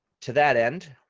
to that end,